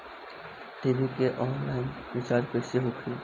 TV के online recharge कैसे होखी?